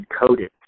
encoded